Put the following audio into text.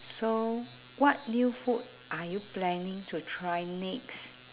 so what new food are you planning to try next